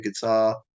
guitar